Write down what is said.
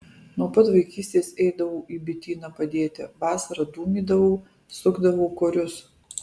nuo pat vaikystės eidavau į bityną padėti vasarą dūmydavau sukdavau korius